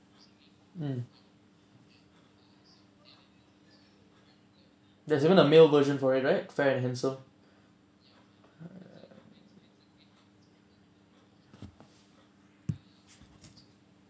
mm there's even a male version for it right fair and handsome